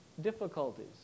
difficulties